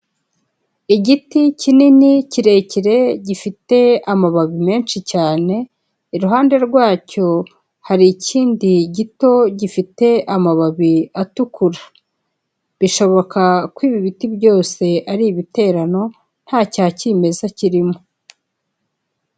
Igiti kinini kirekire gifite amababi menshi cyane, iruhande rwacyo hari ikindi gito gifite amababi atukura, bishoboka ko ibi biti byose ari ibiterano nta cya kimeza kirimo.